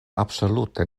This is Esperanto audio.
absolute